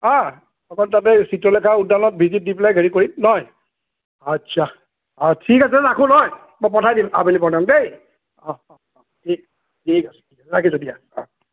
অঁ অকল তাতে চিত্ৰলেখা উদ্য়ানত ভিজিট দি পেলাই হেৰি কৰিম নহয় আচ্ছা অঁ ঠিক আছে ৰাখো নহয় মই পঠাই দিম আবেলি পঠাম দেই অঁ অঁ অঁ ঠিক ঠিক আছে ঠিক আছে ৰাখিছোঁ দিয়া অঁ